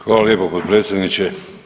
Hvala lijepo potpredsjedniče.